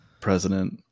president